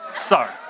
Sorry